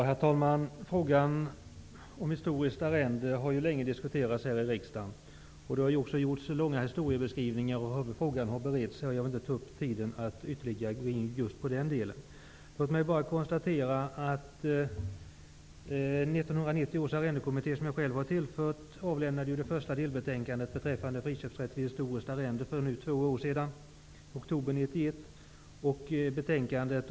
Herr talman! Frågan om historiskt arrende har länge diskuterats här i riksdagen. Det har också gjorts långa historieskrivningar av hur frågan har beretts. Jag vill inte ta upp tid med att ytterligare gå in på den delen. 1990 års arrendekommitté -- som jag själv har tillhört -- lämnade för två år sedan, oktober 1991, det första delbetänkandet om friköp vid historiskt arrende.